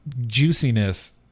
juiciness